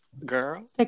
girl